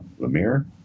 Lemire